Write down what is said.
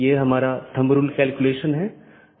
दो त्वरित अवधारणाऐ हैं एक है BGP एकत्रीकरण